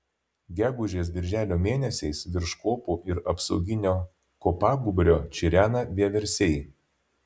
gegužės birželio mėnesiais virš kopų ir apsauginio kopagūbrio čirena vieversiai